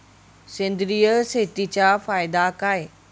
सेंद्रिय शेतीचा फायदा काय?